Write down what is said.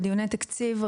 בדיוני התקציב,